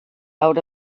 out